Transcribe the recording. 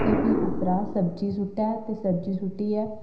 ते फ्ही उप्परा सब्जी सु'ट्टै ते सब्जी सु'ट्टियै